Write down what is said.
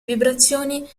vibrazioni